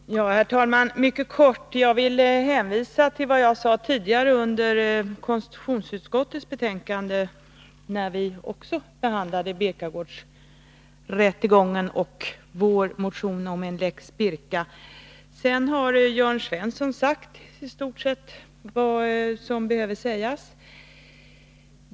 Herr talman! Jag skall fatta mig mycket kort och då först hänvisa till vad jag sade tidigare i anslutning till konstitutionsutskottets betänkande, när vi också behandlade Birkagårdsrättegången och vår motion om en lex Birka. Sedan har Jörn Svensson sagt i stort sett vad som behöver sägas.